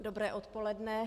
Dobré odpoledne.